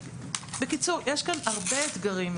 בקיצור, יש כאן הרבה אתגרים.